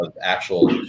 actual